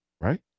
right